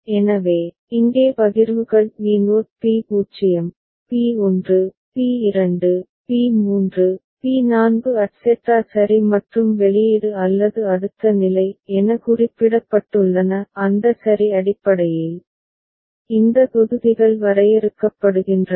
எனவே இங்கே பகிர்வுகள் P naught P0 P1 P2 P3 P4 etcetera சரி மற்றும் வெளியீடு அல்லது அடுத்த நிலை என குறிப்பிடப்பட்டுள்ளன அந்த சரி அடிப்படையில் இந்த தொகுதிகள் வரையறுக்கப்படுகின்றன